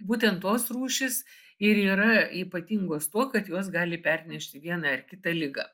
būtent tos rūšys ir yra ypatingos tuo kad jos gali pernešti vieną ar kitą ligą